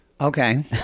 Okay